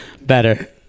Better